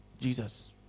Jesus